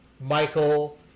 Michael